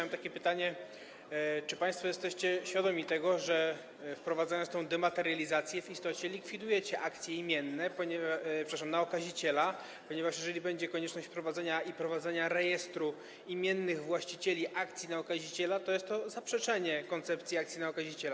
Mam takie pytanie: Czy państwo jesteście świadomi tego, że wprowadzając tę dematerializację, w istocie likwidujecie akcje imienne, przepraszam, na okaziciela, ponieważ jeżeli będzie konieczność wprowadzenia i prowadzenia rejestru imiennych właścicieli akcji na okaziciela, to jest to zaprzeczenie koncepcji akcji na okaziciela?